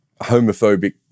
homophobic